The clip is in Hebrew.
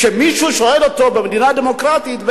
כשמישהו שואל אותו במדינה דמוקרטית,